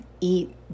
eat